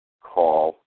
call